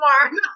tomorrow